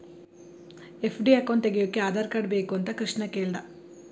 FD account ತೆಗೆಯೋಕೆ Aadhaar card ಬೇಕು ಅಂತ ಕೃಷ್ಣ ಕೇಳ್ದ